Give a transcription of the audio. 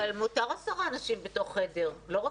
אבל מותר עשרה אנשים בתוך חדר לא רק